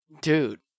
dude